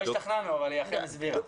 לא השתכנענו אבל היא אכן הצביעה על זה.